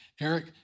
Eric